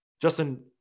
Justin